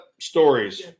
stories